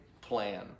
plan